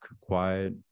quiet